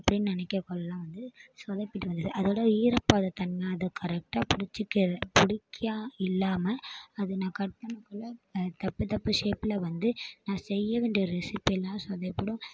அப்படின்னு நினைக்கக்கொள்ளலாம் வந்து சொதப்பிடுது வருது அதோடய ஈரப்பதத்தன்மை அதை கரெக்ட்டாக பிடிச்சிக்கிறது பிடிக்கா இல்லாமல் அது நான் கட் பண்ணக்கொள்ள தப்பு தப்பு ஷேப்பில் வந்து நான் செய்ய வேண்டிய ரெசிபிலாம் எல்லாம் சொதப்பிடும்